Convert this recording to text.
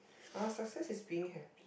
uh success is being happy